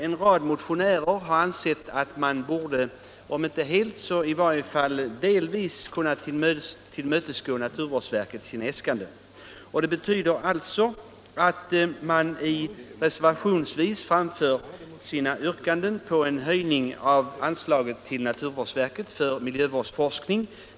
En rad motionärer har ansett att man borde om inte helt så i varje fall delvis kunna tillmötesgå naturvårdsverkets äskanden. Reservationsvis framförs yrkanden om en höjning med 3 milj.kr. av anslaget till naturvårdsverket för miljövårdsforskning.